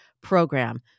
program